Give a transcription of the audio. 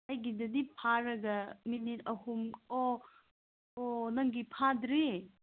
ꯑꯩꯒꯤꯗꯗꯤ ꯐꯥꯔꯒ ꯃꯤꯅꯤꯠ ꯑꯍꯨꯝ ꯑꯣ ꯑꯣ ꯅꯪꯒꯤ ꯐꯥꯗ꯭ꯔꯤ